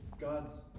God's